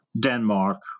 Denmark